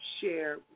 share